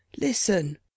listen